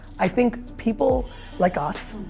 i think people like us.